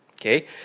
Okay